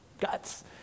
guts